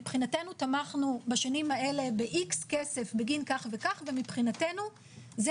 מבחינתנו תמכנו בשנים האלה ב-X כסף בגין כך וכך ומבחינתנו זה